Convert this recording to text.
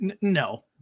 No